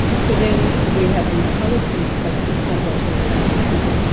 so then we had these policies, but it's not working in practice, either.